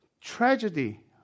tragedy